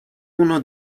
uno